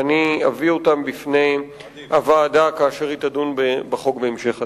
ואני אביא אותן בפני הוועדה כאשר היא תדון בחוק בהמשך הדיון.